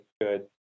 good